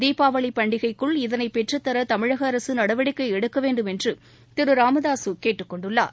தீபாவளிபண்டிகைக்குள் இதனைபெற்றுத் தரதமிழகஅரசுநடவடிக்கைஎடுக்கவேண்டும் என்றுதிருராமதாசுகேட்டுக் கொண்டுள்ளார்